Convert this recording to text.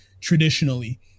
traditionally